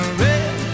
red